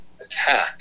attack